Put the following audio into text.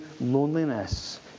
loneliness